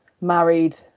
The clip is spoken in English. married